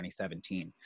2017